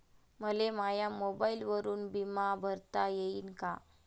मले माया मोबाईलवरून बिमा भरता येईन का?